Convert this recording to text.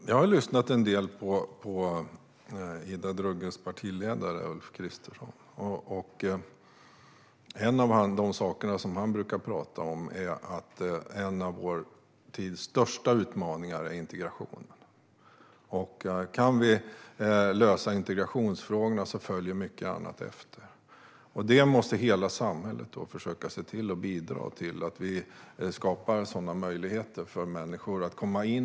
Herr talman! Jag har lyssnat en hel del på Ida Drougges partiledare Ulf Kristersson. En av de saker som han brukar prata om är att en av vår tids största utmaningar är integration. Om vi kan lösa integrationsfrågan följer mycket annat efter. Hela samhället måste bidra till att skapa möjligheter för människor att komma in.